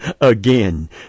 again